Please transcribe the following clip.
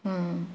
आं